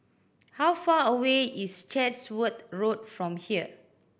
how far away is Chatsworth Road from here